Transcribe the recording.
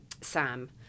Sam